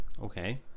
okay